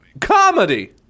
comedy